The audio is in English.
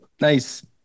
nice